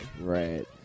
Right